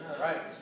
Right